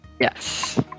Yes